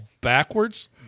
backwards